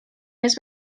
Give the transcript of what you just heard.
més